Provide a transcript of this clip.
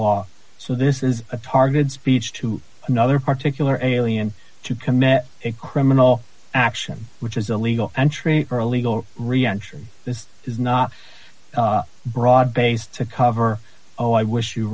law so this is a targeted speech to another particularly alien to commit a criminal action which is illegal entry or illegal reentry this is not a broad base to cover oh i wish you